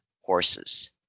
horses